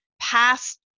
past